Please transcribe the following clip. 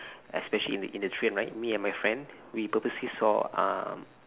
especially in in the train right me and my friend we purposely saw um